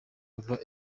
biba